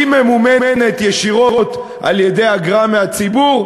היא ממומנת ישירות על-ידי אגרה מהציבור.